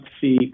see